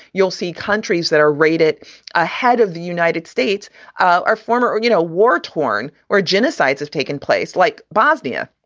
you'll see countries that are rated ahead of the united states are former or, you know, war torn or genocides have taken place like bosnia.